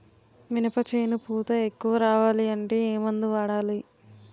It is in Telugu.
మినప చేను పూత ఎక్కువ రావాలి అంటే ఏమందు వాడాలి?